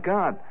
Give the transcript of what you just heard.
God